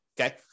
Okay